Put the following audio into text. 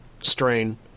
strain